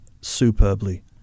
superbly